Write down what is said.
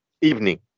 evening